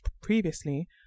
previously